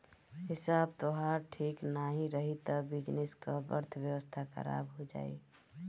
हिसाब तोहार ठीक नाइ रही तअ बिजनेस कअ अर्थव्यवस्था खराब हो जाई